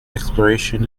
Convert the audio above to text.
exploration